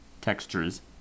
textures